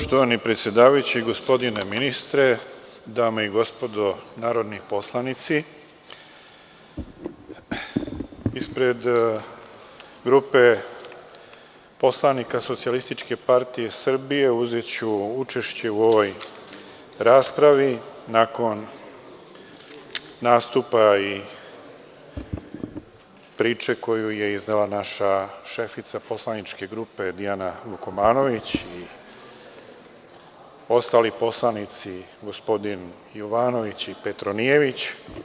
Poštovani predsedavajući, gospodine ministre, dame i gospodo narodni poslanici, ispred grupe poslanika SPS uzeću učešće u ovoj raspravi nakon nastupa i priče koju je iznela naša šefica poslaničke grupe Dijana Vukomanović i ostali poslanici, gospodin Jovanović i Petronijević.